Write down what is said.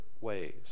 ways